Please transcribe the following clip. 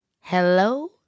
Hello